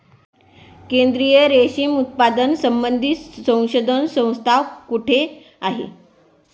केंद्रीय रेशीम उत्पादन संबंधित संशोधन संस्था कोठे आहे?